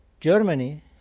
Germany